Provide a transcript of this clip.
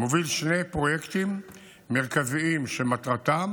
מוביל שני פרויקטים מרכזיים שמטרתם